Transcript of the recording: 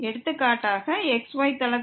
எடுத்துக்காட்டாக xy தளத்தில்